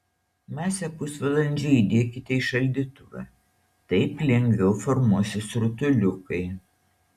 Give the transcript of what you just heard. masę pusvalandžiui įdėkite į šaldytuvą taip lengviau formuosis rutuliukai